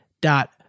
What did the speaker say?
dot